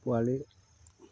পোৱালি